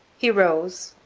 he rose,